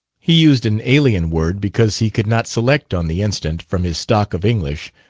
he used an alien word because he could not select, on the instant, from his stock of english,